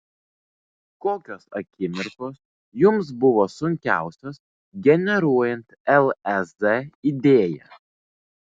kokios akimirkos jums buvo sunkiausios generuojant lez idėją